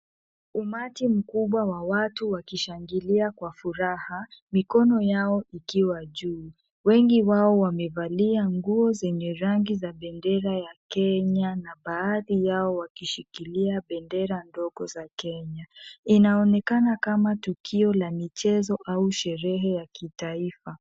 Umati mkubwa wa watu wakishangilia kwa furaha mikono yao ikiwa juu. Wengi wao wamevalia nguo zenye rangi za bendera ya Kenya na baadhi yao wakishikilia bendera ndogo za Kenya. Inaonekana kama tukio la michezo au sherehe ya kitaifa.